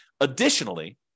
Additionally